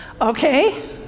Okay